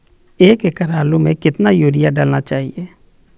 एक एकड़ आलु में कितना युरिया डालना चाहिए?